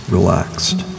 relaxed